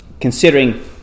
considering